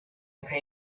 pay